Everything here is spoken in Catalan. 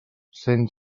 cent